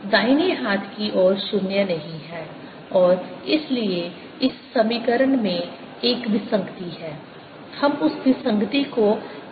दाहिने हाथ की ओर 0 नहीं है और इसलिए इस समीकरण में एक विसंगति है हम उस विसंगति को कैसे दूर करते हैं